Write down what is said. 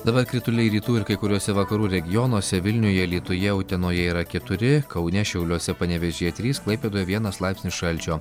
dabar krituliai rytų ir kai kuriuose vakarų regionuose vilniuje alytuje utenoje yra keturi kaune šiauliuose panevėžyje trys klaipėdoje vienas laipsnio šalčio